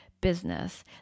business